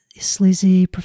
sleazy